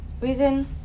reason